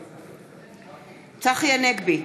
נגד צחי הנגבי,